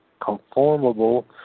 conformable